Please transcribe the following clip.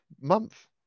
month